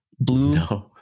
Blue